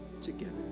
together